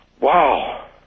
Wow